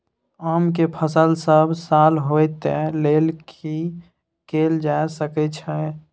आम के फसल सब साल होय तै लेल की कैल जा सकै छै?